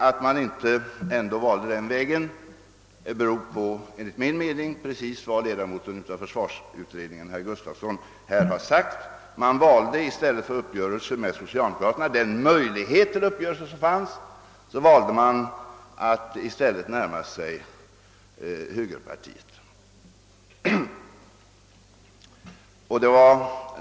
Att man ändå inte valde den vägen beror enligt min mening just på vad ledamoten i försvarsutredningen herr Gustafsson i Uddevalla här har sagt, nämligen att man i stället för uppgörelse med socialdemokraterna föredrog att närma sig högerpartiet.